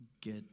get